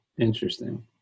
Interesting